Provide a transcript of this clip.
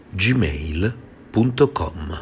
gmail.com